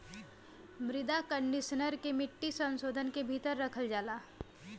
मृदा कंडीशनर के मिट्टी संशोधन के भीतर रखल जाला